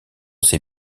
ses